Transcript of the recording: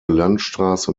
landstraße